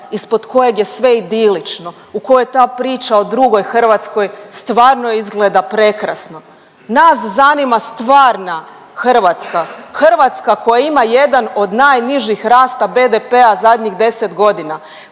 ispod kojeg je sve idilično u kojoj ta priča o drugoj Hrvatskoj stvarno izgleda prekrasno, nas zanima stvarna Hrvatska, Hrvatska koja ima jedan od najnižih rasta BDP-a zadnjih 10 godina,